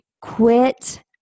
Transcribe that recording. quit